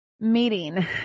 Meeting